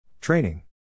Training